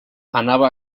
anava